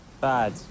Bad